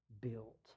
built